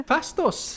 Fastos